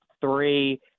three